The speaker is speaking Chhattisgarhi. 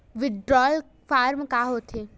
विड्राल फारम का होथेय